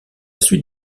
suite